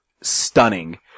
stunning